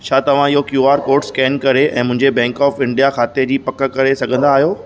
छा तव्हां इहो क्युआर कोड स्केन करे ऐं मुंहिंजे बैंक ऑफ इंडिया खाते जी पक करे सघंदा आहियो